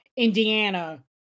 Indiana